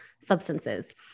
substances